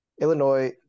Illinois